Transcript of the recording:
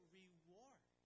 reward